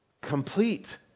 complete